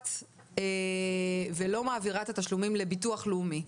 מדווחת ולא מעבירה את התשלומים לביטוח לאומי,